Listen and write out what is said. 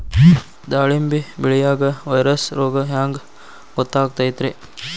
ದಾಳಿಂಬಿ ಬೆಳಿಯಾಗ ವೈರಸ್ ರೋಗ ಹ್ಯಾಂಗ ಗೊತ್ತಾಕ್ಕತ್ರೇ?